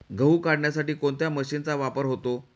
गहू काढण्यासाठी कोणत्या मशीनचा वापर होतो?